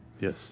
Yes